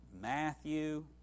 Matthew